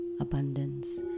abundance